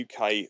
UK